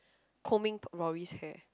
combing Rory's hair